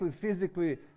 physically